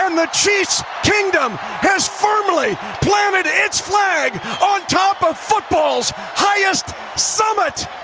and the chiefs kingdom has firmly planted ah its flag on top of football's highest summit.